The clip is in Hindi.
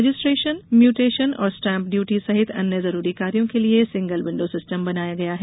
रजिस्ट्रेशन म्यूटेशन और स्टॉम्प डयूटी सहित अन्य जरूरी कार्यों के लिये सिंगल विण्डो सिस्टम बनाया गया है